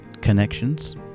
connections